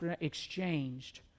exchanged